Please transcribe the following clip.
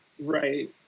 right